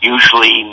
Usually